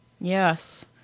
Yes